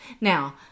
Now